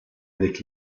avec